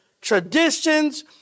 traditions